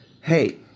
hey